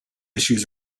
issues